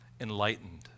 enlightened